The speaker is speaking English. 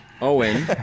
Owen